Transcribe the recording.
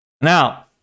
Now